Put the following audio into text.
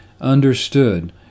understood